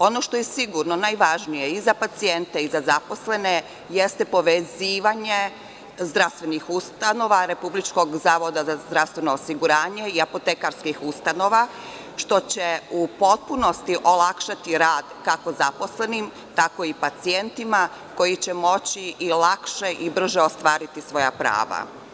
Ono što je sigurno najvažnije i za pacijente i za zaposlene jeste povezivanje zdravstvenih ustanova Republičkog zavoda za zdravstveno osiguranje i apotekarskih ustanova, što će u potpunosti olakšati rad kako zaposlenim, tako i pacijentima koji će moći i lakše i brže ostvariti svoja prava.